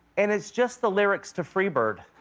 and it's just the lyrics to freebird.